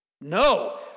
No